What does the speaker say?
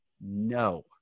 no